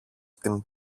την